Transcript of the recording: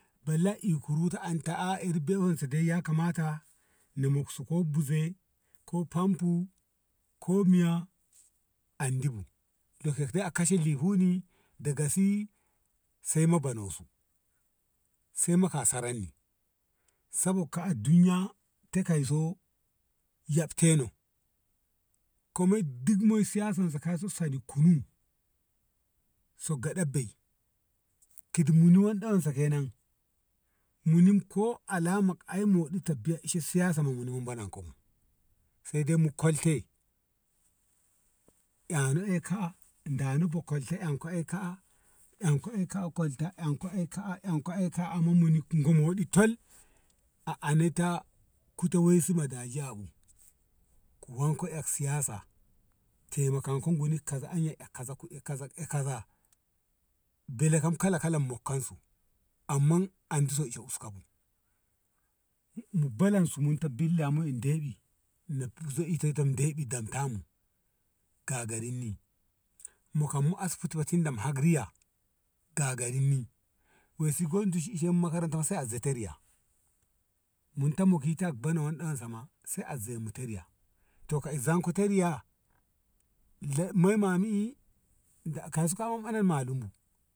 bala i kuru ta an ta a be i wense ya kamata na mok su ko buze ko famfu ko miya andi bu loke ka kashe lihu ni daga si sai ma bano su sai ma kan saran ni sabog ka a duniya te kai so yab teno ko moi duk siyasan sa koi sa soni kunu so gaɓai bei kidi moi wansa ke nan muni ko alama ai moɗi ta siyasan sa mu muni mu banan ko bu se dai mu kol te eh no eh ka a dano ba kolte en ko eh ka`a kwalta en ko eh ka`a en ko eh ka`a amma muni go moɗi tal a ane ta kute we su dajiyabu ku wen ko eh siyasa temakon ku guni eh kaza eh kaza eh kaza bele kam kala kala mokkem su amma antu sosu uskabu mu balan su min ta billa mu inde bi na zoi inde ɓi dam ta mu gagarin ni mu kam asibiti bu tin da mu ka riya gagarin ni we si goni ishe makaran sai zonto riya to zon to riya mai ma mi i da kai so an malu bu.